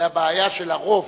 אלא הבעיה של הרוב.